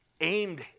aimed